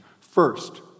First